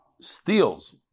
steals